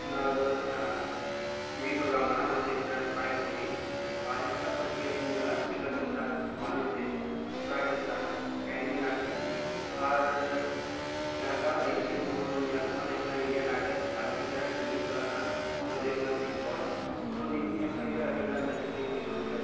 ᱚᱱᱟ ᱫᱚᱴᱤᱵᱷᱤ ᱯᱨᱳᱜᱽᱨᱟᱢ ᱠᱟᱱᱟ ᱚᱱᱟ ᱫᱚ ᱦᱳᱭᱳᱜ ᱠᱟᱱᱟ ᱴᱨᱟᱭᱤᱵᱽ ᱴᱤᱵᱷᱤ ᱟᱨ ᱮᱴᱜᱟᱱ ᱟᱜ ᱯᱟᱨᱥᱤᱭᱟᱜ ᱤᱧ ᱧᱮᱞᱟ ᱴᱨᱤ ᱠᱟᱨᱴ ᱤᱱᱥᱟᱝ ᱢᱚᱱᱳᱡᱽ ᱫᱮ ᱠᱳᱠᱲᱟ ᱤᱱᱥᱟᱱ ᱠᱮᱨᱤᱢᱤᱱᱟᱴᱤ ᱟᱨ ᱡᱟᱦᱟᱸᱴᱟᱜ ᱨᱤᱭᱮᱞᱴᱤ ᱥᱳᱧ ᱧᱮᱞ ᱚᱱᱟ ᱫᱚ ᱦᱳᱭᱳᱜ ᱠᱟᱱᱟ ᱤᱱᱰᱤᱭᱟᱱ ᱟᱭᱰᱚᱞ ᱟᱨ ᱱᱤᱛᱚᱜ ᱡᱟᱦᱟᱸᱴᱟᱜ ᱴᱨᱮᱱᱰᱤᱝ ᱪᱟᱞᱟᱜ ᱠᱟᱱ ᱚᱱᱟ ᱫᱚ ᱦᱳᱭᱳᱜ ᱠᱟᱱ ᱵᱤᱜᱽ ᱵᱚᱥ ᱛᱚ ᱱᱤᱭᱟᱹ ᱠᱚ ᱧᱮᱞ ᱠᱟᱛᱮᱫ ᱟᱰᱤ ᱜᱟᱱ ᱨᱟᱹᱥᱠᱟᱹᱧ ᱵᱩᱡᱷᱟᱹᱣ ᱜᱮᱭᱟ